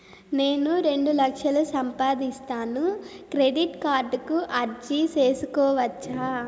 నేను రెండు లక్షలు సంపాదిస్తాను, క్రెడిట్ కార్డుకు అర్జీ సేసుకోవచ్చా?